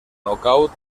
nocaut